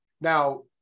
Now